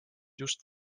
just